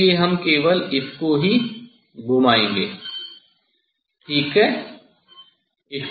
इसलिए हम केवल इसको ही घुमाएंगेठीक है